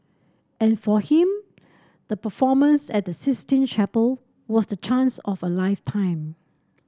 and for him the performance at the Sistine Chapel was the chance of a lifetime